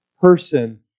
person